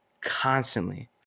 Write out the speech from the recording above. constantly